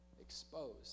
exposed